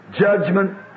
judgment